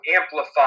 amplify